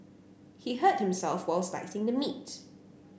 he hurt himself while slicing the meat